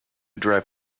drive